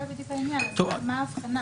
זה בדיוק העניין, מה ההבחנה?